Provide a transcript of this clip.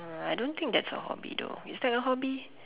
I don't think that's a hobby though is that a hobby